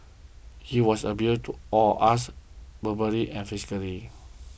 he was abusive to all of us verbally and physically